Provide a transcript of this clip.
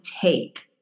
take